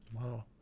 Wow